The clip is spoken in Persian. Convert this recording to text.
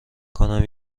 کنم